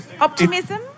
Optimism